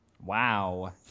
Wow